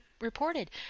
reported